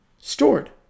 stored